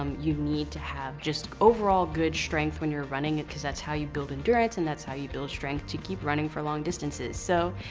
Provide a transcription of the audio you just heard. um you need to have just overall good strength when you're running it cause that's how you build endurance, and that's how you build strength to keep running for long distances. so,